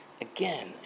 again